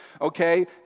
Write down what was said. okay